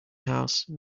house